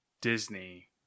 Disney